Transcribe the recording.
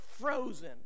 frozen